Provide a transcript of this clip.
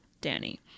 Danny